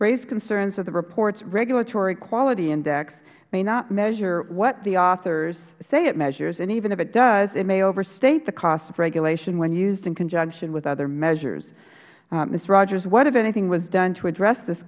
raised concerns that the report's regulatory quality index may not measure what the authors say it measures and even if it does it may overstate the cost of regulation when used in conjunction with other measures ms rodgers what if anything was done to address this